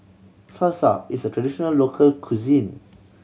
salsa is a traditional local cuisine